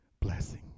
Blessing